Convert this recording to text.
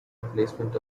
replacement